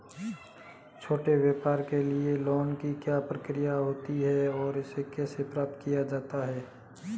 छोटे व्यापार के लिए लोंन की क्या प्रक्रिया होती है और इसे कैसे प्राप्त किया जाता है?